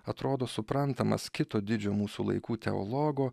atrodo suprantamas kito didžio mūsų laikų teologo